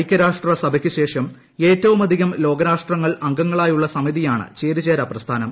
ഐക്യരാഷ്ട്ര സഭയ്ക്ക് ശേഷം ഏറ്റവുമധികം ലോകരാഷ്ട്രങ്ങൾ അംഗങ്ങളായുള്ള സമിതിയാണ് ചേരിചേരാ പ്രസ്ഥാനം